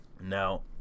Now